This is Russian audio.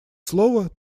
слово